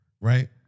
right